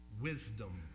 wisdom